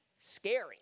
scary